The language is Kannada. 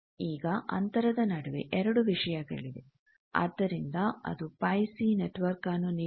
ಈಗ ಅಂತರದ ನಡುವೆ ಎರಡು ವಿಷಯಗಳಿವೆ ಆದ್ದರಿಂದ ಅದು ಪೈ ಸಿ πC ನೆಟ್ವರ್ಕ್ನ್ನು ನೀಡುತ್ತದೆ